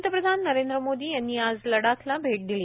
पंतप्रधान नरेंद्र मोदी यांनी आज लडाखला भेट दिली